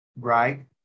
right